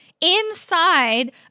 inside